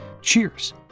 Cheers